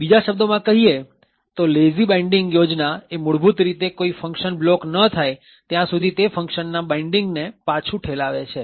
બીજા શબ્દોમાં કહીએ તો લેઝી બાઈન્ડીંગ યોજના મૂળભૂત રીતે કોઈ ફંકશન બ્લોક ન થાય ત્યાં સુધી તે ફંકશન ના બાઈન્ડીંગ ને પાછું ઠેલાવે છે